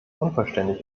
unvollständig